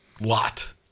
lot